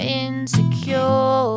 insecure